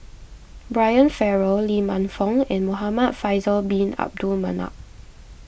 Brian Farrell Lee Man Fong and Muhamad Faisal Bin Abdul Manap